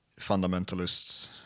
fundamentalists